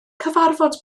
cyfarfod